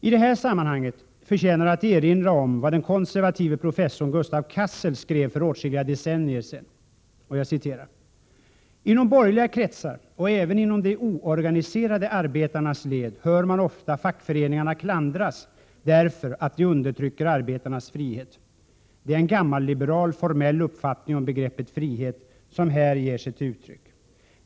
I det här sammanhanget förtjänar det att erinra om vad den konservative professorn Gustav Cassel skrev för åtskilliga decennier sedan: ”Inom borgerliga kretsar och även inom de oorganiserade arbetarnas led hör man ofta fackföreningarna klandras därför att de undertrycker arbetar nas frihet. Det är en gammal liberal, formell uppfattning om begreppet frihet som här ger sig till uttryck.